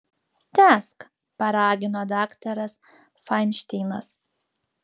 tęsk paragino daktaras fainšteinas